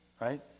Right